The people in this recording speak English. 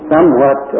somewhat